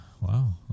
wow